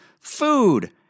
food